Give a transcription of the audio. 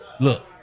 Look